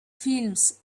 films